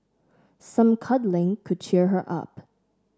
some cuddling could cheer her up